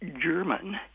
German